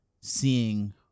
seeing